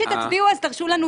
זריז.